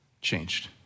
changed